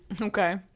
Okay